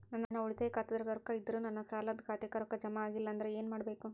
ನನ್ನ ಉಳಿತಾಯ ಖಾತಾದಾಗ ರೊಕ್ಕ ಇದ್ದರೂ ನನ್ನ ಸಾಲದು ಖಾತೆಕ್ಕ ರೊಕ್ಕ ಜಮ ಆಗ್ಲಿಲ್ಲ ಅಂದ್ರ ಏನು ಮಾಡಬೇಕು?